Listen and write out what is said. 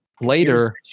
later